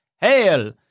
Hail